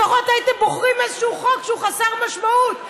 לפחות הייתם בוחרים איזשהו חוק שהוא חסר משמעות.